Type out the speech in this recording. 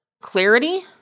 clarity